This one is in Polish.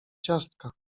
ciastka